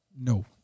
No